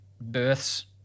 births